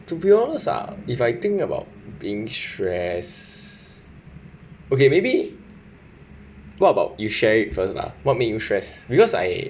to be honest ah if I think about being stressed okay maybe what about you share it first lah what make you stressed because I